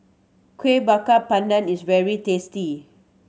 Kuih Bakar Pandan is very tasty